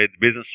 business